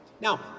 Now